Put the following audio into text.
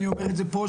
אני אומר את זה פה,